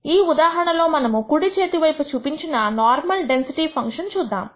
ఈ ఉదాహరణలో మనము కుడి చేతి వైపు చూపించిన నార్మల్ డెన్సిటీ ఫంక్షన్ చూద్దాము